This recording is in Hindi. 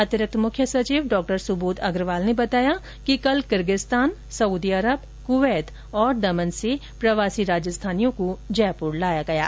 अतिरिक्त मुख्य सचिव डॉ सुबोध अग्रवाल ने बताया कि कल किर्गिस्तान सउदी अरब क्वैत और दमन से प्रवासी राजस्थानियों को जयपुर लाया गया है